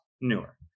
newer